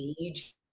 age